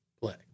play